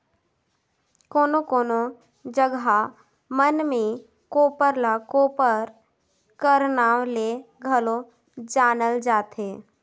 कोनो कोनो जगहा मन मे कोप्पर ल कोपर कर नाव ले घलो जानल जाथे